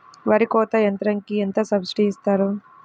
వరి కోత యంత్రంకి ఎంత సబ్సిడీ ఇస్తారు?